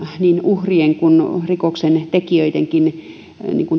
niin uhrien kuin rikoksentekijöidenkin